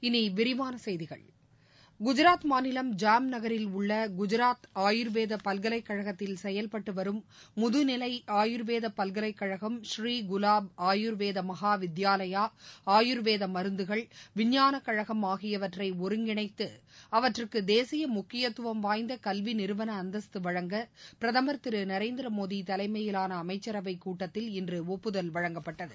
இனிவிரிவானசெய்திகள் குஜராத் மாநிலம் ஜாம் நகரில் உள்ளகுஜராத் ஆயுர்வேதபல்கலைக்கழகத்தில் செயல்பட்டுவரும் முதுநிலை ஆயுர்வேதபல்கலைக்கழகம் ஸ்ரீகுவாப் ஆயுர்வேதமஹாவித்யாவயா ஆயுர்வேதமருந்துகள் விஞ்ஞானக் கழகம் ஆகியவற்றைஒருங்கிணைத்துஅவற்றுக்குதேசியமுக்கியத்துவம் வாய்ந்தகல்விநிறுவனஅந்தஸ்து வழங்க பிரதமர் திருநரேந்திரமோடிதலைமையிலானஅமைச்சரவைக் கூட்டத்தில் இன்றுஒப்புதல் வழங்கப்பட்டது